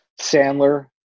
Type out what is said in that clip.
Sandler